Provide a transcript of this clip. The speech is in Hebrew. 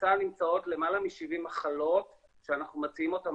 בסל נמצאות למעלה מ-70 מחלות שאנחנו מציעים אותן